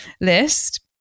list